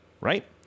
right